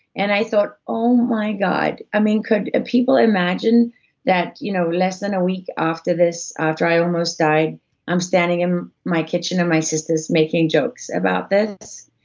and i thought, oh oh my god, i mean, could people imagine that you know less than a week after this, after i almost died i'm standing in my kitchen and my sister's making jokes about this?